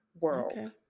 world